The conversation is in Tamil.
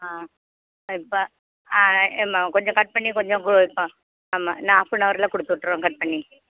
ஆ இப்போ ஆ இரும்மா கொஞ்சம் கட் பண்ணி கொஞ்சம் கு ஆ ஆமாம் இன்னும் ஹாஃப் ஆன் ஹவரில் கொடுத்து விட்ருவேன் கட் பண்ணி